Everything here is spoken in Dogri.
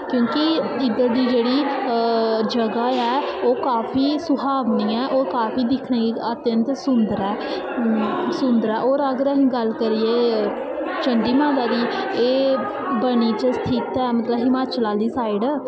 क्योंकि इद्धर दी जेह्ड़ी जगह् ऐ ओह् काफी सुहावनी ऐ ओह् काफी दिक्खने गी अत्यंत सुन्दर ऐ सुन्दर ऐ होर अगर असीं गल्ल करिए चण्डी माता दी एह् बनी च स्थित ऐ मतलब हिमाचल आह्ली साइड